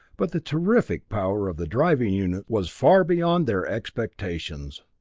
but the terrific power of the driving units was far beyond their expectations.